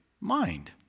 mind